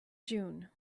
june